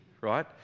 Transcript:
right